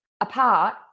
apart